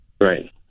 Right